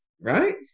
Right